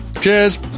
Cheers